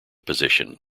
position